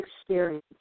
experience